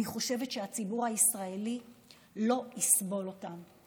אני חושבת שהציבור הישראלי לא יסבול אותם.